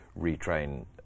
retrain